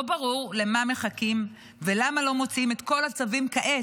לא ברור למה מחכים ולמה לא מוציאים את כל הצווים כעת,